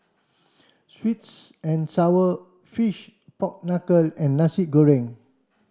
sweets and sour fish pork knuckle and Nasi Goreng